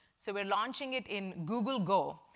so we're launching it in google go.